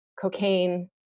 cocaine